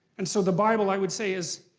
and so the bible i would say is.